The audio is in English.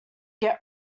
get